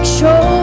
show